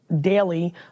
daily